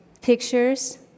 Pictures